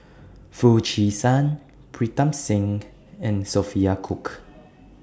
Foo Chee San Pritam Singh and Sophia Cooke